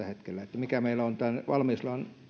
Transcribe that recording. hetkellä siinä mikä meillä on tämän valmiuslain